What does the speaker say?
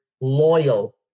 loyal